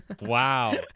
Wow